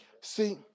See